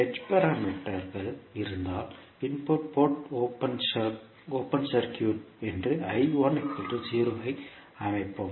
h பாராமீட்டர்கள் இருந்தால் input port open circuit என்று ஐ அமைப்போம்